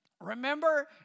Remember